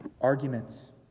Arguments